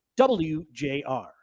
WJR